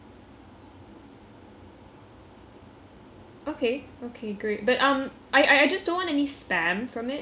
okay okay great but um I I I just don't want any spam from it does there anyway to unsubscribe from like extra emails